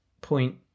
point